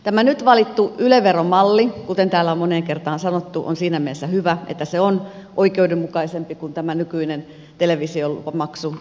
tämä nyt valittu yle veromalli kuten täällä on moneen kertaan sanottu on siinä mielessä hyvä että se on oikeudenmukaisempi kuin tämä nykyinen televisiolupamaksu